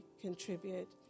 contribute